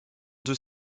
deux